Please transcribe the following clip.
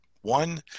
One